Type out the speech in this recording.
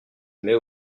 mets